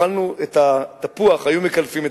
ואת התפוח היו מקלפים,